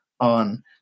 on